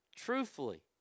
Truthfully